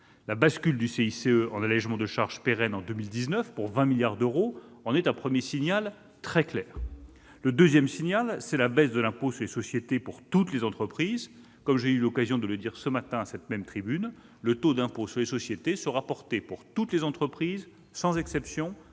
et l'emploi, en allégement de charges pérennes en 2019, pour 20 milliards d'euros, en est un premier signal très clair. Le deuxième signal, c'est la baisse de l'impôt sur les sociétés pour toutes les entreprises. Comme j'ai eu l'occasion de le souligner ce matin à cette même tribune, le taux de cet impôt sera porté pour toutes les entreprises, sans exception,